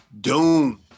Doom